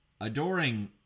adoring